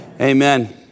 Amen